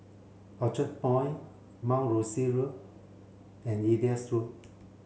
Orchard Point Mount Rosie Road and Elias Road